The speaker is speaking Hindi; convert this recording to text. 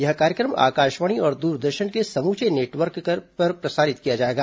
यह कार्यक्रम आकाशवाणी और दूरदर्शन के समूचे नेटवर्क पर प्रसारित किया जाएगा